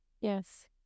Yes